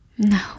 No